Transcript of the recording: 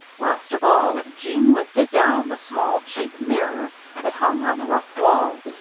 last of all, jeanne lifted down the small, cheap mirror that hung on the rough wall.